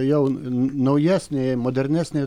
jau naujesnė modernesnė